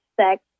sex